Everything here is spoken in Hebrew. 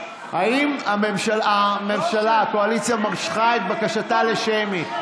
האם הקואליציה משכה את בקשתה לשמית?